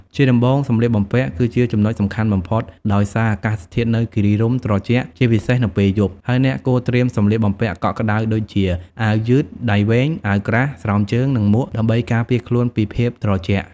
ជាដំបូង សម្លៀកបំពាក់ គឺជាចំណុចសំខាន់បំផុត ដោយសារអាកាសធាតុនៅគិរីរម្យត្រជាក់ ជាពិសេសនៅពេលយប់ ហើយអ្នកគួរត្រៀមសម្លៀកបំពាក់កក់ក្តៅដូចជា អាវយឺតដៃវែង អាវក្រាស់ ស្រោមជើង និងមួក ដើម្បីការពារខ្លួនពីភាពត្រជាក់។